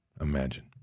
Imagine